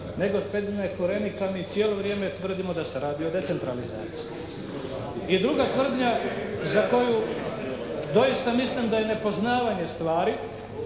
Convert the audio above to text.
Nego gospodine Korenika mi cijelimo vrijeme tvrdimo da se radi o decentralizaciji. I druga tvrdnja za koju doista mislim da je nepoznavanje stvari